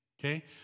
Okay